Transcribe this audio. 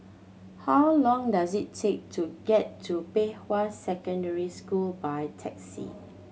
how long does it take to get to Pei Hwa Secondary School by taxi